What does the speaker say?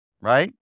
Right